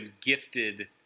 gifted